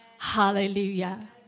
Hallelujah